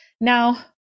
now